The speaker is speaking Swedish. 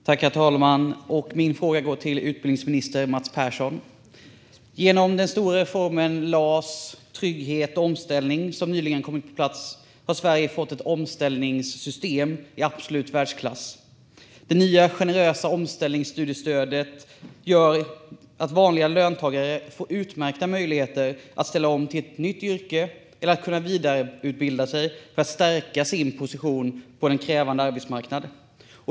Herr talman! Min fråga går till utbildningsminister Mats Persson. Genom den stora reform av LAS, trygghet och omställning som nyligen kom på plats har Sverige fått ett omställningssystem i absolut världsklass. Det nya generösa omställningsstudiestödet gör att vanliga löntagare får utmärkta möjligheter att ställa om till ett nytt yrke eller vidareutbilda sig för att stärka sin position på en krävande arbetsmarknad.